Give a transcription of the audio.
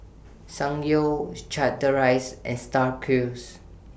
Ssangyong Chateraise and STAR Cruise